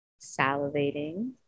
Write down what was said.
salivating